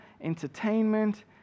entertainment